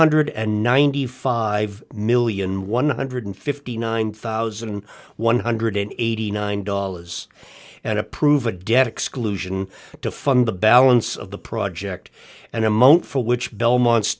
hundred and ninety five million one hundred and fifty nine thousand one hundred and eighty nine dollars and approve a debt exclusion to fund the balance of the project and amount for which belmont